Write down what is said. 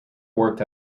worked